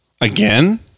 again